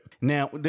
Now